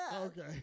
okay